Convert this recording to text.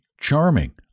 charming